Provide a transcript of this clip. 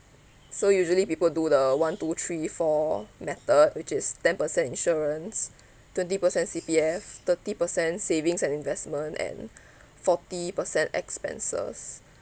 so usually people do the one two three four method which is ten percent insurance twenty percent C_P_F thirty percent savings and investment and forty percent expenses